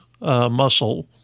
muscle